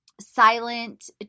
silent